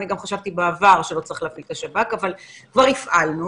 אני גם חשבתי בעבר שלא צריך להפעיל אבל כבר הפעלנו